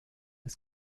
des